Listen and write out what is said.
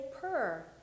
purr